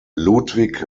ludwig